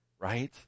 Right